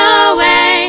away